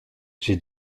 j’ai